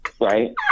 right